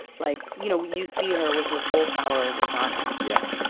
like you know, you see her with her full power over johnny yeah.